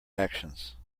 actions